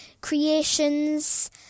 creations